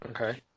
Okay